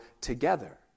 together